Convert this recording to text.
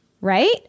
right